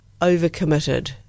overcommitted